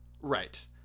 Right